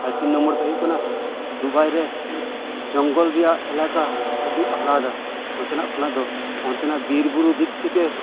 ᱟᱨ ᱛᱤᱱ ᱱᱚᱢᱵᱚᱨ ᱫᱚ ᱦᱳᱭᱳᱜ ᱠᱟᱱᱟ ᱫᱩᱵᱟᱭ ᱨᱮ ᱡᱚᱝᱜᱚᱞ ᱨᱮᱭᱟᱜ ᱮᱞᱟᱠᱟ ᱟᱰᱤ ᱟᱞᱟᱫᱟ ᱱᱚᱛᱮᱱᱟᱜ ᱠᱷᱚᱱᱟᱜ ᱫᱚ ᱚᱱᱛᱮᱱᱟᱜ ᱵᱤᱨ ᱵᱩᱨᱩ ᱫᱤᱠ ᱛᱷᱮᱠᱮ